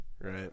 right